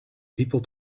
people